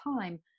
time